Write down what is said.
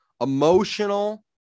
emotional